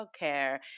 childcare